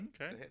okay